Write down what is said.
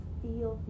feel